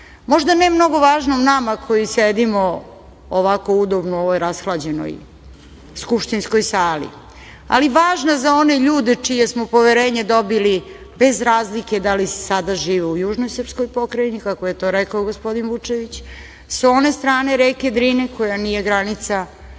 možda ne mnogo važnom nama koji sedimo ovako udobno u ovoj rashlađenoj skupštinskoj sali, ali važna za one ljude čije smo poverenje dobili bez razlike da li sada žive u južnoj srpskoj pokrajini, kako je to rekao gospodin Vučević, sa one strane reke Drine, koja nije granica,